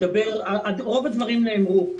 רוב הדברים נאמרו,